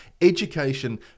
Education